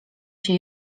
się